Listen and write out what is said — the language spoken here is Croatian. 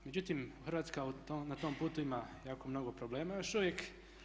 Međutim, Hrvatska na tom putu ima jako mnogo problema još uvijek.